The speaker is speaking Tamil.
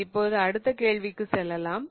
இப்போது அடுத்த கேள்விக்கு செல்லலாம்